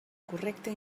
correcta